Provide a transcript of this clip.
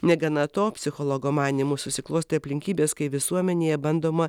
negana to psichologo manymu susiklostė aplinkybės kai visuomenėje bandoma